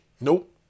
Nope